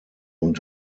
und